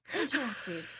interesting